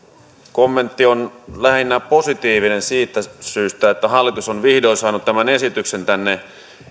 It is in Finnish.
kommentti on lähinnä positiivinen siitä syystä että hallitus on vihdoin saanut tämän esityksen tänne